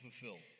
fulfill